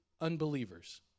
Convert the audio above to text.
unbelievers